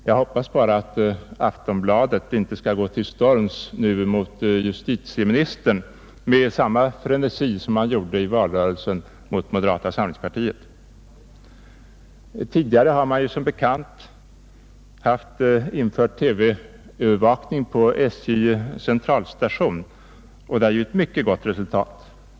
Jag hoppas att Aftonbladet nu inte skall gå till storms mot justitieministern med samma frenesi som man gjorde i valrörelsen mot moderata samlingspartiet. Tidigare har ju som bekant TV-övervakning införts på SJ:s centralstation i Stockholm med mycket gott resultat.